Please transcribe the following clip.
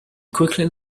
quickly